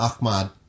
Ahmad